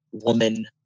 woman